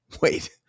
Wait